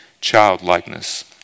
childlikeness